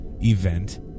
event